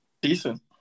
Decent